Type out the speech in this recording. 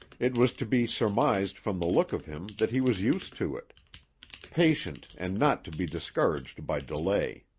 it was to be surmised from the look of him that he was used to it patient and not to be discouraged by delay.